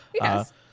Yes